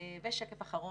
זה שקף אחרון.